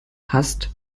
hasst